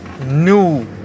new